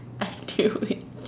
I knew it